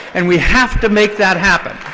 and we have to make that happen.